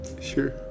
Sure